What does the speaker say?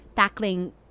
Tackling